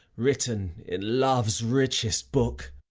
written in love's richest book.